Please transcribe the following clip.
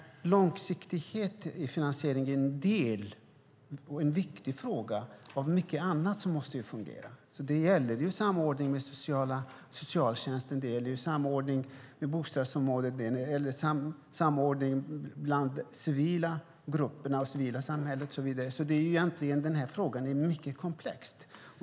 Långsiktighet i finansieringen är en viktig fråga, men det är en del av mycket annat som måste fungera. Det gäller ju samordning med socialtjänsten. Det gäller samordning på bostadsområdet. Det gäller samordning bland grupperna i det civila samhället. Den här frågan är egentligen mycket komplex.